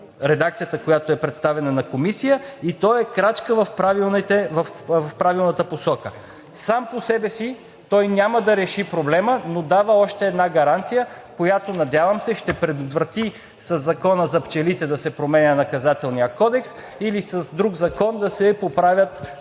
редакцията, която е представена на комисията, и то е крачка в правилната посока. Сам по себе си той няма да реши проблема, но дава още една гаранция, която, надявам се, ще предотврати със Закона за пчелите да се променя Наказателният кодекс, или с друг закон да се поправят